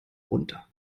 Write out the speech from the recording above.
runter